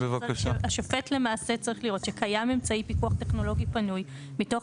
שהשופט למעשה צריך לראות שקיים אמצעי פיקוח טכנולוגי פנוי מתוך